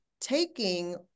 taking